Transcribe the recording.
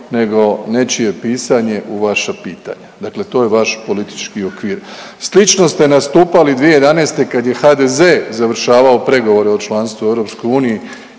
nego nečije pisanje u vaša pitanja. Dakle, to je vaš politički okvir. Slično ste nastupali i 2011. kada je HDZ završavao pregovore o članstvu u EU i